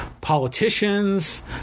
politicians